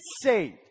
saved